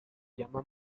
llama